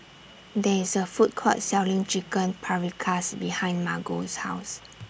There IS A Food Court Selling Chicken Paprikas behind Margo's House